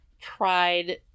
tried